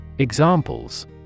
Examples